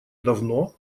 давно